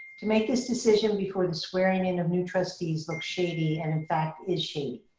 to make this decision before the swearing in of new trustees looks shady, and in fact is shady.